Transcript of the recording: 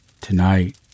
Tonight